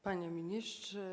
Panie Ministrze!